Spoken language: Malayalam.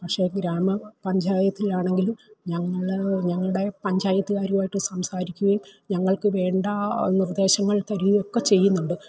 പക്ഷെ ഗ്രാമ പഞ്ചായത്തിലാണെങ്കിലും ഞങ്ങള് ഞങ്ങളുടെ പഞ്ചായത്തുകാരുവായിട്ട് സംസാരിക്കുകയും ഞങ്ങൾക്ക് വേണ്ട ആ നിർദ്ദേശങ്ങൾ തരികയും ഒക്കെ ചെയ്യുന്നുണ്ട്